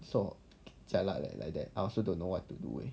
so jialat leh like that I also don't know what to do leh